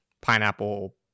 pineapple